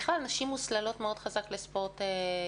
בכלל, נשים מוסללות מאוד חזק לספורט אינדיבידואלי.